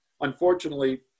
unfortunately